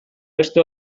beste